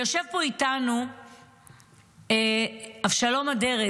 יושב פה איתנו אבשלום אדרת